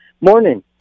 Morning